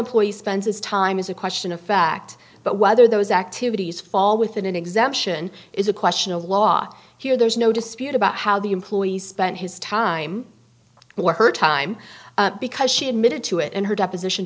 employee spends his time is a question of fact but whether those activities fall within an exemption is a question of law here there's no dispute about how the employees spent his time or her time because she admitted to it in her deposition